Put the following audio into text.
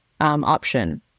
option